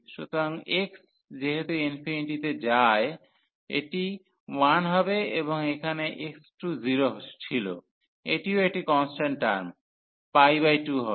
সুতরাং x যেহেতু ইনফিনিটিতে যায় এটি 1 হবে এবং এখানে x→0 ছিল এটিও একটি কন্সট্যান্ট টার্ম 2 হবে